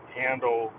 handle